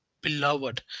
beloved